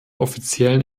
offiziellen